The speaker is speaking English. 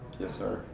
yes sir.